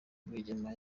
rwigema